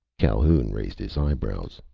calhoun raised his eyebrows.